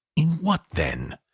in what, then?